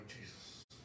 Jesus